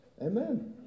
amen